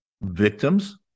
victims